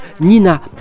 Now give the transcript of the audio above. Nina